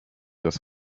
das